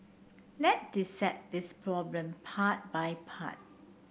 let dissect this problem part by part